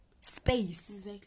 space